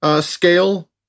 scale